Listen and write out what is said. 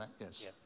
yes